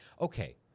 okay